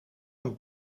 een